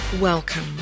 Welcome